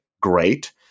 great